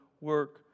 work